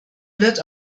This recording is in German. wird